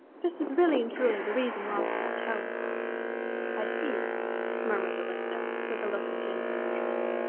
this was really and truly the reason why i left home i see murmured the listener, with a look of genuine interest.